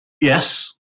Yes